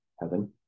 heaven